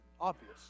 obvious